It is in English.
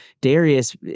Darius